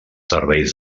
serveis